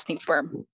firm